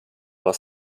war